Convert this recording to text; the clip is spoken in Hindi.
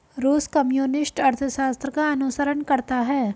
रूस कम्युनिस्ट अर्थशास्त्र का अनुसरण करता है